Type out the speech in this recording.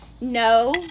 No